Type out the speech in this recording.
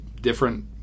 Different